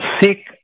Seek